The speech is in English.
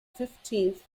fifteenth